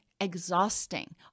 exhausting